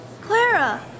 Clara